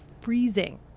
freezing